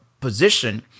position